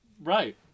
Right